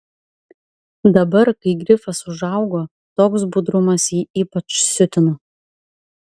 dabar kai grifas užaugo toks budrumas jį ypač siutino